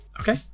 okay